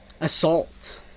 Assault